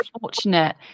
fortunate